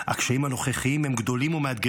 הקשיים הנוכחיים הם גדולים ומאתגרים,